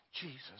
Jesus